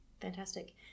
Fantastic